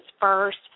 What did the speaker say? first